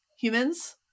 humans